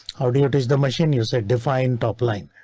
how do you teach the machine. you said define top line,